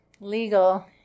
legal